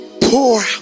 pour